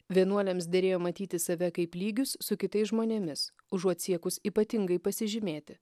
vienuoliams derėjo matyti save kaip lygius su kitais žmonėmis užuot siekus ypatingai pasižymėti